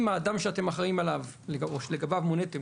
אם האדם שאתם אחראים עליו או שלגביו מוניתם,